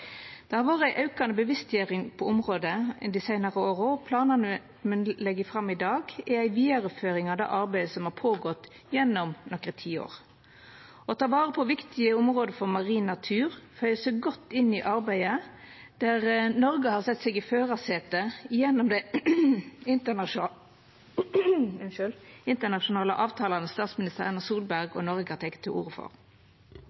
Det har vore ei aukande bevisstgjering på området i dei seinare åra, og planen me legg fram i dag, er ei vidareføring av det arbeidet som har vore gjort gjennom nokre tiår. Å ta vare på viktige område for marin natur føyer seg godt inn i arbeidet, der Noreg har sett seg i førarsetet gjennom dei internasjonale avtalane statsminister Erna Solberg